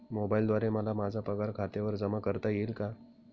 मोबाईलद्वारे मला माझा पगार खात्यावर जमा करता येईल का?